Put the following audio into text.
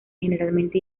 generalmente